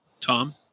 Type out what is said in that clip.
tom